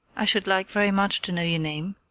i should like very much to know your name,